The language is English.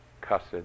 cussed